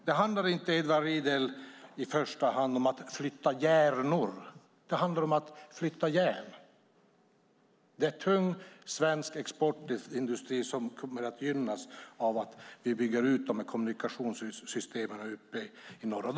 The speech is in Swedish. Det handlar inte i första hand, Edward Riedl, om att flytta hjärnor utan det handlar om att flytta järn. Det är tung svensk exportindustri som kommer att gynnas av att vi bygger ut kommunikationssystemen uppe i Norrland.